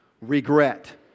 Regret